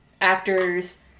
actors